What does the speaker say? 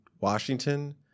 Washington